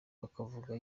bakavuga